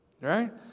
right